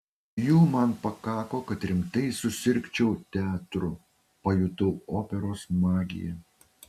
jų man pakako kad rimtai susirgčiau teatru pajutau operos magiją